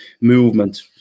movement